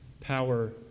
Power